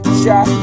shot